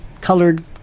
colored